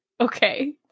Okay